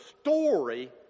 story